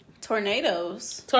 Tornadoes